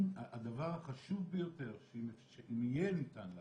הדבר החשוב ביותר, אם יהיה ניתן לעשות,